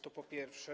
To po pierwsze.